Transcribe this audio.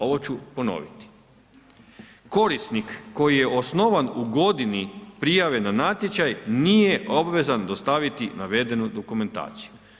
Ovo ću ponoviti „Korisnik koji je osnovan u godini prijave na natječaj nije obvezan dostaviti navedenu dokumentaciju“